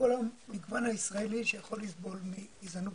כל המגוון הישראלי שיכול לסבול מגזענות.